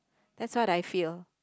that's what I feel